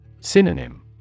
Synonym